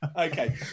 Okay